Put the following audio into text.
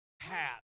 Hat